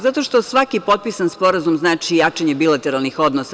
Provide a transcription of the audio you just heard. Zato što svaki potpisan sporazum znači jačanje bilateralnih odnosa.